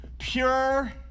pure